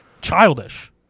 childish